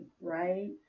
right